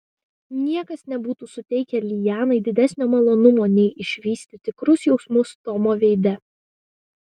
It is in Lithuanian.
niekas nebūtų suteikę lianai didesnio malonumo nei išvysti tikrus jausmus tomo veide